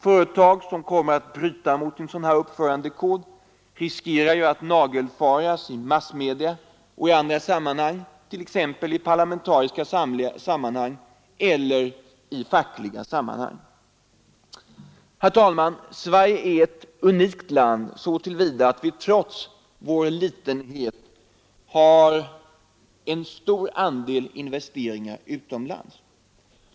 Företag som bryter mot den riskerar att nagelfaras i massmedia och i andra sammanhang, t.ex. i parlamentariska eller fackliga sammanhang. Herr talman! Sverige är ett unikt land så till vida som vi trots vår litenhet har en stor andel investeringar utomlands.